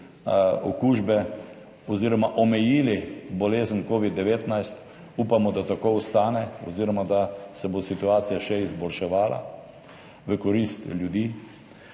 okužbe oziroma omejili bolezen covid-19. Upamo, da tako ostane oziroma da se bo situacija še izboljševala v korist ljudi.